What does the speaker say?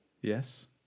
yes